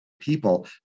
people